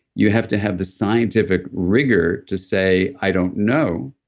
you have to have the scientific rigor to say, i don't know,